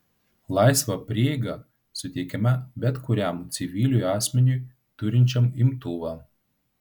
laisva prieiga suteikiama bet kuriam civiliui asmeniui turinčiam imtuvą